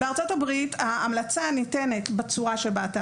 בארצות הברית ההמלצה ניתנת בצורה שאתה